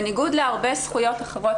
בניגוד להרבה זכויות אחרות,